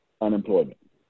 unemployment